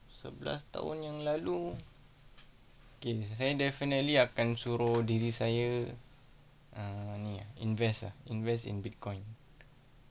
sebelas tahun yang lalu okay saya definitely akan suruh diri saya err ini ah invest ah invest in bitcoin